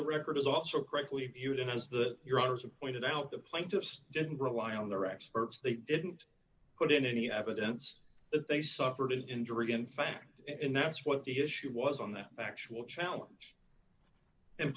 the record is also correctly putin is that your honour's of pointed out the plaintiffs didn't rely on their experts they didn't put in any evidence that they suffered an injury in fact and that's what the issue was on their actual challenge and